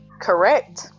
correct